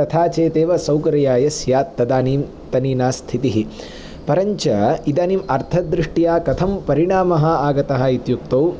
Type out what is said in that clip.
तथा चेत् एव सौकर्याय स्यात् तदानीन्तनीनास्थितिः परञ्च इदानीम् अर्थदृष्ट्या कथं परिणामः आगतः इत्युक्तौ